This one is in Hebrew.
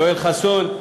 יואל חסון,